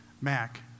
Mac